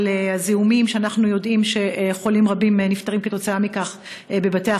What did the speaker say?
על הזיהומים שאנחנו יודעים שחולים רבים נפטרים מהם בבתי-החולים,